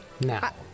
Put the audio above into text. now